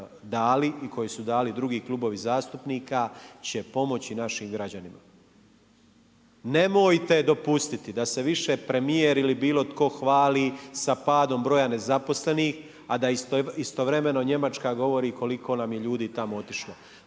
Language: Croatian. i koji su dali drugi klubovi zastupnika će pomoći našim građanima. Nemojte dopustiti da se više premijer ili bilo tko hvali sa padom broja nezaposlenih, a da istovremeno Njemačka govori koliko nam je ljudi tamo otišlo.